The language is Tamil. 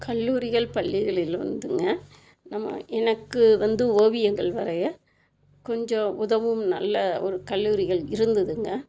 கல்லூரிகள் பள்ளிகளில் வந்துங்க நம்ம எனக்கு வந்து ஓவியங்கள் வரைய கொஞ்சம் உதவும் நல்ல ஒரு கல்லூரிகள் இருந்ததுங்க